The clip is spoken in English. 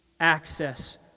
access